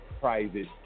private